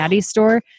store